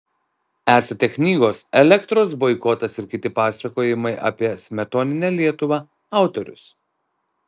esate knygos elektros boikotas ir kiti pasakojimai apie smetoninę lietuvą autorius